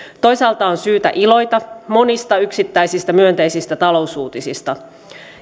toisaalta on syytä iloita monista yksittäisistä myönteisistä talousuutisista